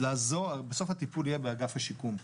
בסוף, הטיפול יהיה באגף השיקום.